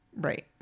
Right